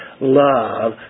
love